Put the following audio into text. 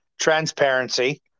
transparency